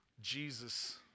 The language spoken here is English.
Jesus